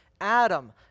Adam